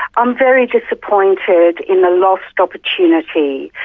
i'm very disappointed in the lost opportunity,